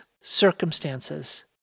circumstances